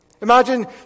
Imagine